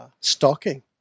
Stalking